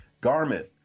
garment